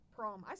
Prom